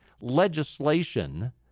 legislation